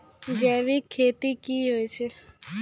जैविक खेती की होय छै?